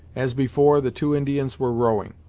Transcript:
as before, the two indians were rowing.